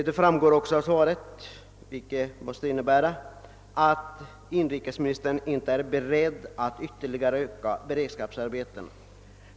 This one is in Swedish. Det framgår också av svaret att inrikesministern inte är beredd att ytterligare öka beredskapsarbetena.